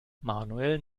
manuel